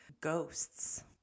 ghosts